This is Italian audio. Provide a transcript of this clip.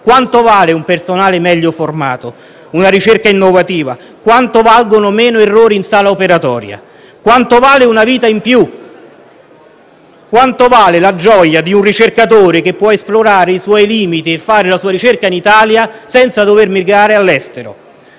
Quanto vale un personale meglio formato? E una ricerca innovativa? Quanto valgono meno errori in sala operatoria? Quanto vale una vita in più? Quanto vale la gioia di un ricercatore, che può esplorare i sui limiti e svolgere la sua ricerca in Italia, senza dover emigrare all'estero?